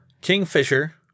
Kingfisher